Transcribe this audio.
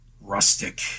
rustic